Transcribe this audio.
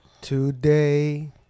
Today